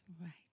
Right